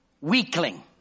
weakling